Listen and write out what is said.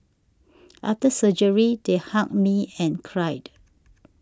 after surgery they hugged me and cried